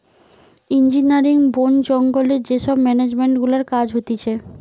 engineering, বোন জঙ্গলে যে সব মেনেজমেন্ট গুলার কাজ হতিছে